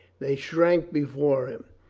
they shrank before him.